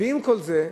ועם כל זה,